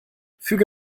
füge